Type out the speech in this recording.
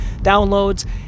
downloads